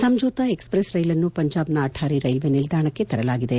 Samjhauta express ರೈಲನ್ನು ಪಂಜಾಬ್ನ Attari railway ನಿಲ್ದಾಣಕ್ಕೆ ತರಲಾಗಿದೆ